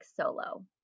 solo